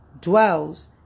dwells